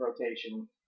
rotation